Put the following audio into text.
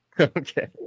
Okay